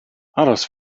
aros